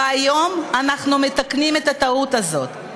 והיום אנחנו מתקנים את הטעות הזאת.